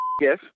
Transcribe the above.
Yes